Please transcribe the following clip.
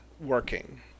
working